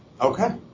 Okay